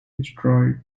destroyed